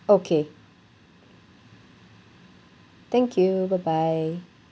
okay thank you bye bye